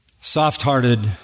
soft-hearted